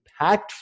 impactful